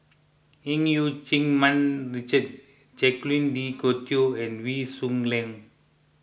E U Keng Mun Richard Jacques De Coutre and Wee Shoo Leong